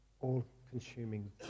all-consuming